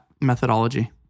methodology